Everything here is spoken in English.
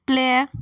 play